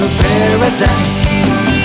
paradise